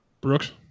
Brooks